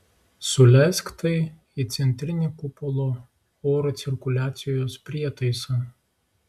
suleisk tai į centrinį kupolo oro cirkuliacijos prietaisą